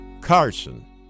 Carson